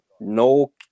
No